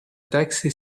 taxi